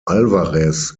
alvarez